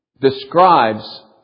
describes